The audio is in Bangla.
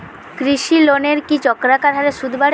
কৃষি লোনের কি চক্রাকার হারে সুদ বাড়ে?